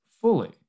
fully